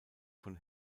von